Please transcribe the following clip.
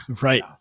Right